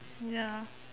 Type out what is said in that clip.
ya